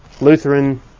Lutheran